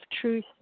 Truth